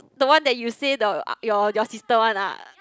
the one that you say the your your sister one ah